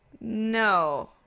No